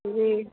جی